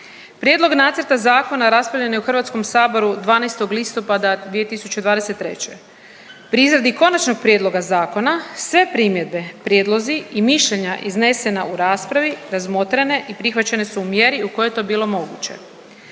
prijedlog nacrta zakona raspravljen je u HS-u 12. listopada 2023. Pri izradi konačnog prijedloga zakona sve primjedbe, prijedlozi i mišljenja iznesena u raspravi, razmotrene i prihvaćene su u mjeri u kojoj je to bilo moguće.